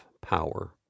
power